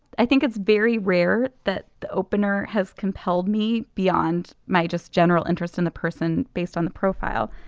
i think it's very rare that the opener has compelled me beyond my just general interest in the person based on the profile.